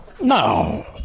No